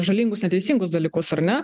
žalingus neteisingus dalykus ar ne